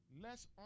Less